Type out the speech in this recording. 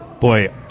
Boy